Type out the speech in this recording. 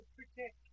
protect